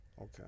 Okay